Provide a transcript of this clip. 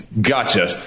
gotcha